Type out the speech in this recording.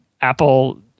Apple